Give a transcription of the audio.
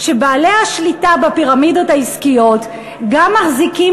שבעלי השליטה בפירמידות העסקיות גם מחזיקים